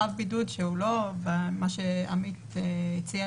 חב בידוד שהוא לא מה שעמית ציין,